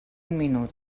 minut